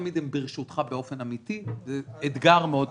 ברשותך באופן אמתי וזה אתגר מאוד גדול.